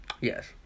Yes